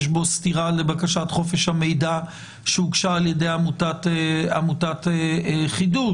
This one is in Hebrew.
יש בו סתירה לבקשת חופש המידע שהוגשה על ידי עמותת חידוש.